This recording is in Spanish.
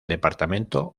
departamento